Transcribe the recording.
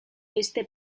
beste